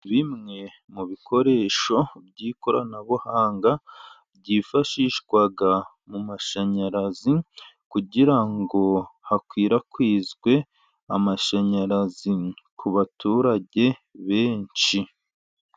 Bimwe mu bikoresho by'ikoranabuhanga, byifashishwa mu mashanyarazi, kugirango hakwirakwizwe amashanyarazi, ku baturage benshi,